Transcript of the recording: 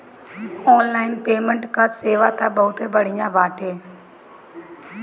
online payment कअ सेवा तअ बहुते बढ़िया बाटे